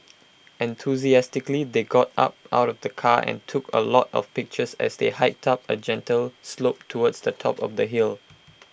enthusiastically they got out out of the car and took A lot of pictures as they hiked up A gentle slope towards the top of the hill